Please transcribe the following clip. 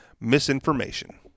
misinformation